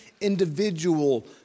individual